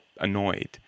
annoyed